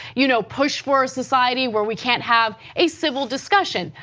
you know, push for a society where we can't have a civil discussion,